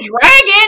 dragon